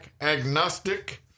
agnostic